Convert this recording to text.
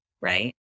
right